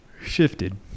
Shifted